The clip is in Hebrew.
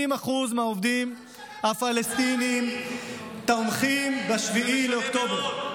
80% מהעובדים הפלסטינים תומכים ב-7 באוקטובר,